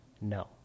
No